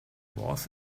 was